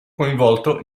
coinvolto